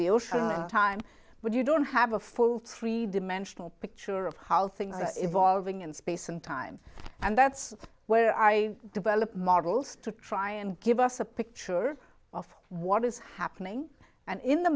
the ocean time but you don't have a full three dimensional picture of how things are evolving in space and time and that's where i developed models to try and give us a picture of what is happening and in the